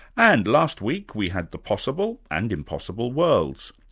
and last week we had the possible and impossible worlds.